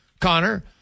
Connor